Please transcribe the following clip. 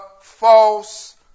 false